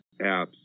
apps